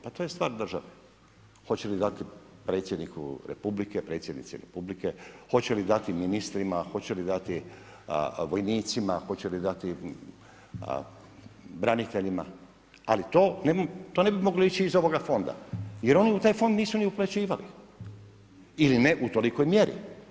Pa to je stvar države hoće li dati predsjedniku Republike, predsjednici Republike, hoće li dati ministrima, hoće li dati vojnicima, hoće li dati braniteljima, ali to ne bi moglo ići iz ovoga fonda jer oni u taj fond nisu ni uplaćivali, ili ne u tolikoj mjeri.